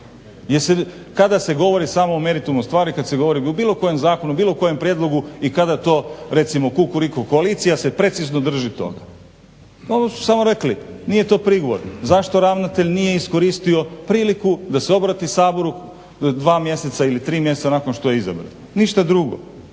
Kada se govori samo o meritumu stvari kada se govori o bilo kojem zakonu o bilo kojem prijedlogu i kada to recimo Kukuriku koalicija se precizno drži toga. Ovo su samo rekli nije to prigovor, zašto ravnatelj nije iskoristio priliku da se obrati Saboru 2 mjeseca ili 3 mjeseca nakon što je izabran, ništa drugo.